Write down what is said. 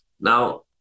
now